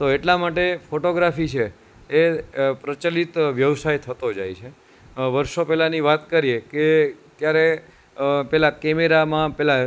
તો એટલા માટે ફોટોગ્રાફી છે એ પ્રચલિત વ્યવસાય થતો જાય છે વર્ષો પહેલાની વાત કરીએ કે ક્યારે પહેલા કેમેરામાં પહેલા